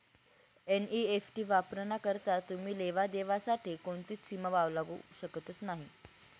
NEFT वापराना करता तुमी लेवा देवा साठे कोणतीच सीमा लावू शकतस नही